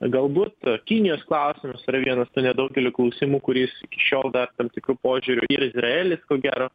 galbūt kinijos klausimas yra vienas tų nedaugelio klausimų kuris iki šiol dar tam tikru požiūriu ir izraelis ko gero